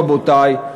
רבותי,